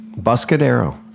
buscadero